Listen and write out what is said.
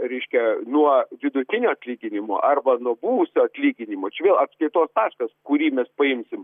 reiškia nuo vidutinio atlyginimo arba nuo buvusio atlyginimo čia vėl atskaitos taškas kurį mes paimsim